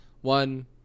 one